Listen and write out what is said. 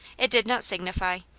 it did not signify.